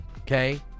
okay